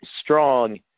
strong